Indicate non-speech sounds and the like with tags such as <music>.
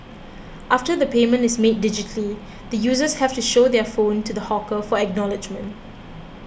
<noise> after the payment is made digitally the users have to show their phone to the hawker for acknowledgement